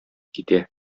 китә